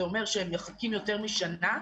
זה אומר שהם מחכים יותר משנה.